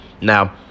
now